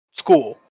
school